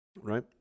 Right